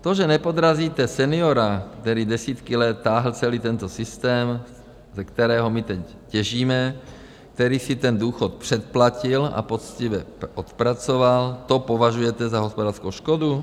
To, že nepodrazíte seniora, který desítky let táhl celý tento systém, ze kterého my teď těžíme, který si ten důchod předplatil a poctivě odpracoval, to považujete za hospodářskou škodu?